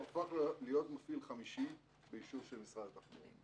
אנחנו בעצם הפכנו להיות מפעיל חמישי באישור של משרד התחבורה.